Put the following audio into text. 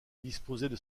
disposaient